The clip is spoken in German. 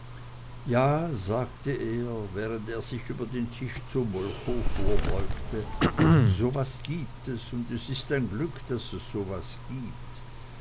ja sagte er während er sich über den tisch zu molchow vorbeugte so was gibt es und es ist ein glück daß es so was gibt